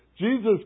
Jesus